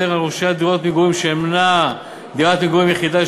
על רוכשי דירת מגורים שאינה דירת מגורים יחידה,